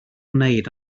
wneud